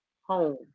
home